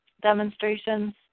demonstrations